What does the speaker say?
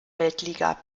weltliga